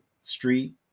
street